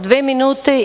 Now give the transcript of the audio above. Dve minute.